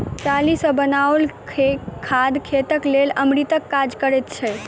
चाली सॅ बनाओल खाद खेतक लेल अमृतक काज करैत छै